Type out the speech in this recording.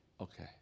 Okay